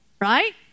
right